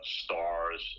stars